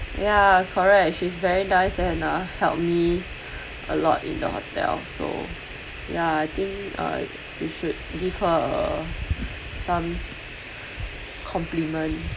ya correct she's very nice and uh helped me a lot in the hotel so ya I think uh we should give her some compliment